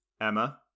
Emma